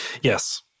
Yes